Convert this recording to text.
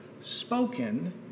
spoken